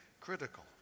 critical